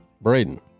Braden